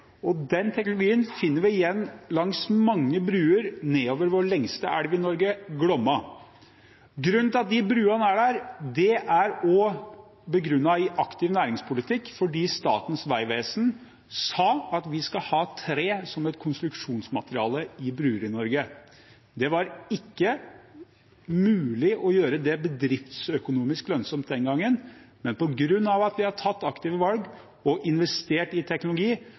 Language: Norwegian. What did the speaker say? og den teknologien finner vi igjen på mange bruer nedover vår lengste elv i Norge, Glomma. At de bruene er der, er begrunnet i en aktiv næringspolitikk fordi Statens vegvesen sa at vi skal ha tre som konstruksjonsmateriale i bruer i Norge. Det var ikke mulig å gjøre det bedriftsøkonomisk lønnsomt den gangen, men på grunn av at en har tatt aktive valg og investert i teknologi,